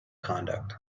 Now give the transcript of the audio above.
conduct